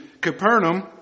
Capernaum